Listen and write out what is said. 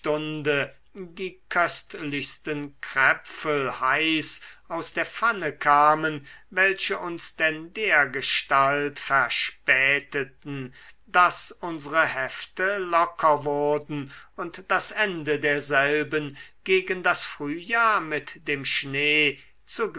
die köstlichsten kräpfel heiß aus der pfanne kamen welche uns denn dergestalt verspäteten daß unsere hefte locker wurden und das ende derselben gegen das frühjahr mit dem schnee